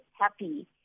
happy